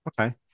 Okay